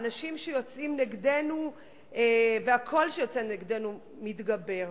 האנשים שיוצאים נגדנו והקול שיוצא נגדנו מתגבר.